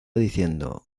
diciendo